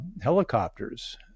helicopters